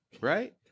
Right